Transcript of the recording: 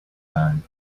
time